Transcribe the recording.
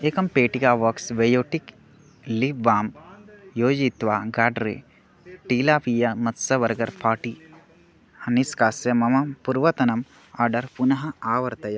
एकं पेटिका बाक्स् वेयोटिक् लीप् बां योजयित्वा गाड्रे टीलापिया मत्स्य बर्गर् फाटि निष्कास्य मम पुर्वतनम् आर्डर् पुनः आवर्तय